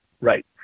Right